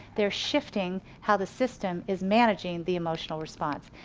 they're shifting how the system is managing the emotional response.